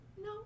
No